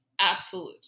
absolute